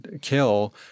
kill –